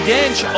Dench